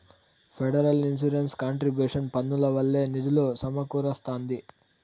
federal insurance contribution పన్నుల వల్లే నిధులు సమకూరస్తాంది